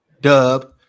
Dub